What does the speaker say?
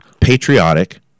patriotic